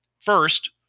First